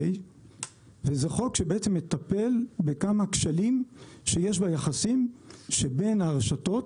וזה חוק שבעצם מטפל בכמה כשלים שיש ביחסים שבין הרשתות